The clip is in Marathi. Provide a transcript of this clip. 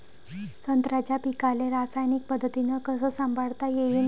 संत्र्याच्या पीकाले रासायनिक पद्धतीनं कस संभाळता येईन?